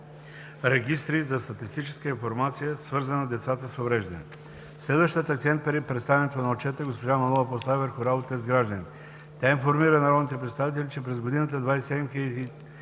регистри за статистическа информация, свързана с децата с увреждания. Следващият акцент при представянето на отчета госпожа Манолова постави върху работата й с гражданите. Тя информира народните представители, че през годината 27